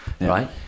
right